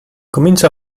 comincia